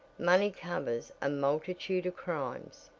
money covers a multitude of crimes.